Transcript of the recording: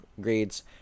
grades